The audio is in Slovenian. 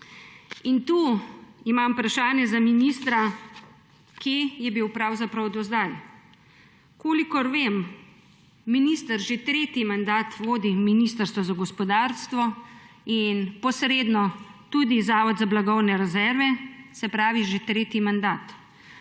Tu imam vprašanje za ministra: kje je bil pravzaprav do zdaj? Kolikor vem, minister že tretji mandat vodi ministrstvo za gospodarstvo in posredno tudi Zavod za blagovne rezerve. Že tretji mandat.